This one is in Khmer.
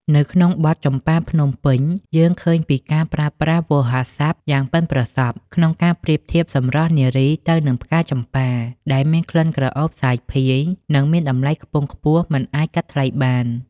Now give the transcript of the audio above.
នៅក្នុងបទ "ចំប៉ាភ្នំពេញ" យើងឃើញពីការប្រើប្រាស់វោហារស័ព្ទយ៉ាងប៉ិនប្រសប់ក្នុងការប្រៀបធៀបសម្រស់នារីទៅនឹងផ្កាចំប៉ា ដែលមានក្លិនក្រអូបសាយភាយ និងមានតម្លៃខ្ពង់ខ្ពស់មិនអាចកាត់ថ្លៃបាន។